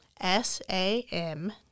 S-A-M